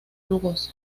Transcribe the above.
rugosa